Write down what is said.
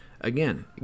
Again